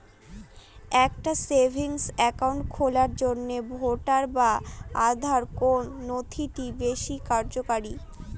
একটা savings account খোলার জন্য ভোটার বা আধার কোন নথিটি বেশী কার্যকরী?